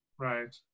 Right